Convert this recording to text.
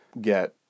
get